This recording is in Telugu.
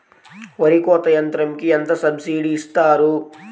వరి కోత యంత్రంకి ఎంత సబ్సిడీ ఇస్తారు?